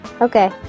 Okay